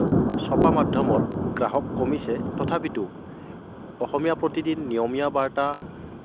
চপা মাধ্যমৰ গ্ৰাহক কমিছে তথাপিটো অসমীয়া প্ৰতিদিন নিয়মীয়া বাৰ্তা